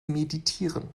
meditieren